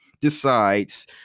decides